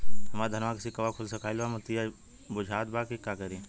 हमरे धनवा के सीक्कउआ सुखइला मतीन बुझात बा का करीं?